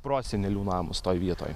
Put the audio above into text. prosenelių namas toj vietoj